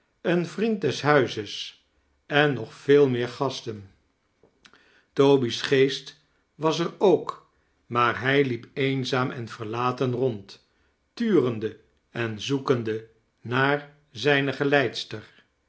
een vriend des huizea en nog veel meer gasten toby's geest was er ook maar hij mep eenzaam en verlaten rond turende en zoekende naar zijne geleidster